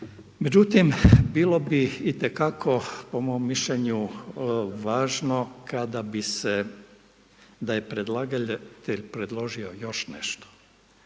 Međutim, bilo bi itekako po mom mišljenju važno kada bi se, da je predlagatelj predložio još nešto,